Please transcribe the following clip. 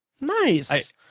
nice